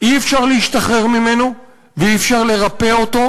אי-אפשר להשתחרר ממנו ואי-אפשר לרפא אותו,